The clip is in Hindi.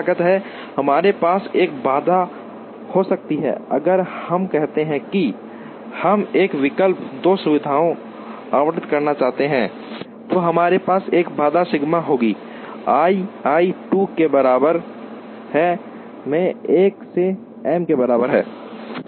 अब हमारे पास एक बाधा हो सकती है अगर हम कहते हैं कि हम एक बिल्कुल 2 सुविधाएं आवंटित करना चाहते हैं तो हमारे पास एक बाधा सिग्मा होगी i i 2 के बराबर है मैं 1 से m के बराबर है